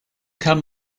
kann